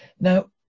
now